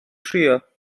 trio